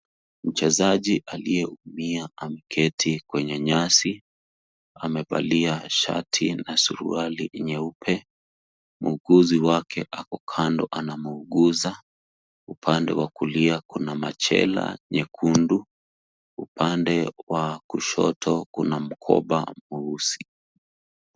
Mchezaji aliyeumia ameketi kwenye nyasi. Amevalia shati na suruali nyeupe. Muuguzi wake ako kando anamuuguza. Upande wa kulia kuna machela nyekundu. Upande wa kushoto kuna mkoba mweusi.